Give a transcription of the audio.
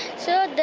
so there